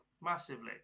Massively